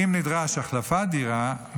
אם נדרשת החלפת דירה,